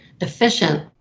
efficient